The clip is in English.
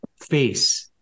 face